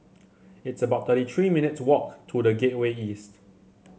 it's about thirty three minutes' walk to The Gateway East